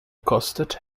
kostet